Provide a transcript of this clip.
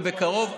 ובקרוב,